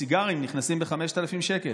נכנסים ב-5,000 שקל.